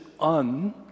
un-